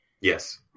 Yes